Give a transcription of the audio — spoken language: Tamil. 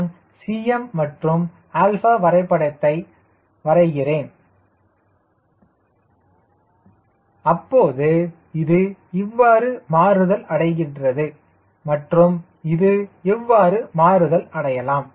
நான் Cm மற்றும் வரைபடத்தை வரைகிறேன் அப்போது இது இவ்வாறு மாறுதல் அடைகிறது மற்றும் இது இவ்வாறு மாறுதல் அடையலாம்